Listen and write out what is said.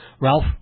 Ralph